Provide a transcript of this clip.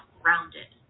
grounded